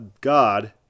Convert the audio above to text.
God